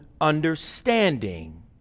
understanding